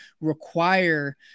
require